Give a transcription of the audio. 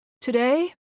Today